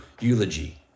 eulogy